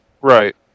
Right